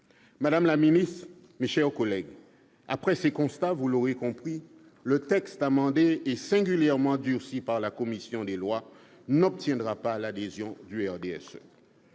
Madame la ministre, mes chers collègues, après ces constats, vous l'aurez compris, le texte amendé et singulièrement durci par la commission des lois n'obtiendra pas l'adhésion du